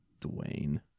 Dwayne